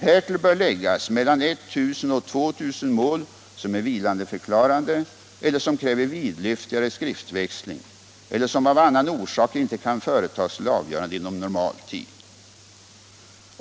Härtill bör läggas mellan 1000 och 2000 mål som är vilandeförklarade eller som kräver vidlyftigare skriftväxling eller som av annan orsak inte kan företas till avgörande inom normal tid.